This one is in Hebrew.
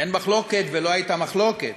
אין מחלוקת ולא הייתה מחלוקת